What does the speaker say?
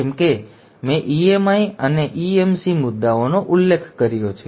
જેમ કે મેં EMI અને EMC મુદ્દાઓનો ઉલ્લેખ કર્યો છે